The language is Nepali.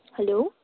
हेलो